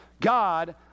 God